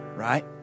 right